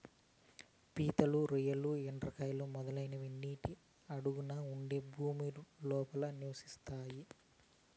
పీతలు, రొయ్యలు, ఎండ్రకాయలు, మొదలైనవి నీటి అడుగున ఉండే భూమి లోపల నివసిస్తాయి